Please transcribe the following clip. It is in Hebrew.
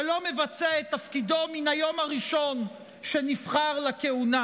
שלא מבצע את תפקידו מן היום הראשון שנבחר לכהונה,